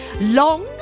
Long